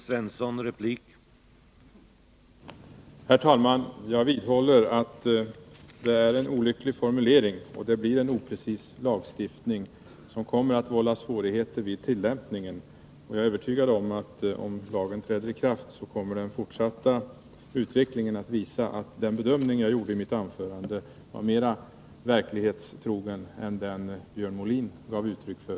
Herr talman! Jag vidhåller att det är en olycklig formulering och att det blir en oprecis lagstiftning, som kommer att vålla svårigheter vid tillämpningen. Om lagen träder i kraft är jag övertygad om att den fortsatta utvecklingen kommer att visa att den bedömning jag gjorde i mitt anförande var mera verklighetstrogen än den Björn Molin gav uttryck för.